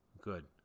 good